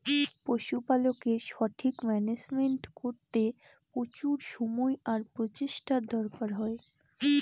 পশুপালকের সঠিক মান্যাজমেন্ট করতে প্রচুর সময় আর প্রচেষ্টার দরকার হয়